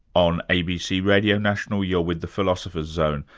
on abc radio national you're with the philosopher's zone,